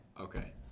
Okay